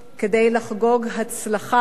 כדי לחגוג הצלחה.